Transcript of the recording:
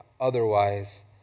otherwise